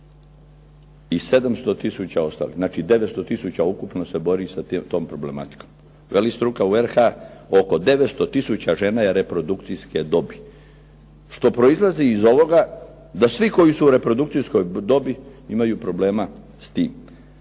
i 700 tisuća ostalih. Znači 900 tisuća ukupno se bori sa tom problematikom. Veli struka u RH oko 900 tisuća žena je reprodukcijske dobi. Što proizlazi iz ovoga da svi koji su u reprodukcijskoj dobi imaju problema s tim,